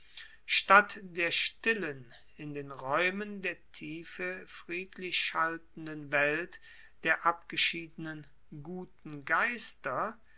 statt der stillen in den raeumen der tiefe friedlich schaltenden welt der abgeschiedenen guten geister